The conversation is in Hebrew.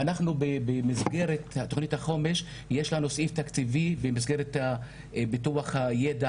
ואנחנו במסגרת תוכנית החומש יש לנו סעיף תקציבי במסגרת פיתוח הידע